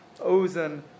Ozen